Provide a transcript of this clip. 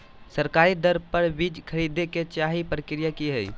सरकारी दर पर बीज खरीदें के सही प्रक्रिया की हय?